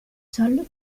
salle